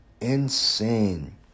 Insane